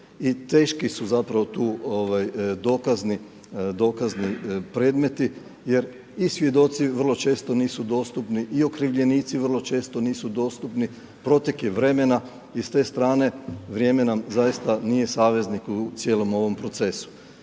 teški su zapravo tu dokazni predmeti jer i svjedoci vrlo često nisu dostupni i okrivljenici vrlo često nisu dostupni, protek je vremena i s te strane vrijeme nam zaista nije saveznik u cijelom ovom procesu.